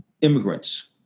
immigrants